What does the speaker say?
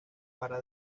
para